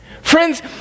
Friends